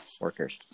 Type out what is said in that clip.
workers